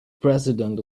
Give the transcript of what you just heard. president